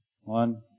One